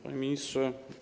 Panie Ministrze!